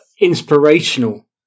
inspirational